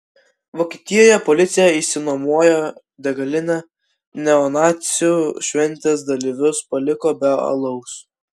vokietijoje policija išsinuomojo degalinę neonacių šventės dalyvius paliko be alaus